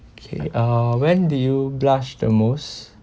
okay uh when did you blush the most